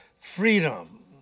freedom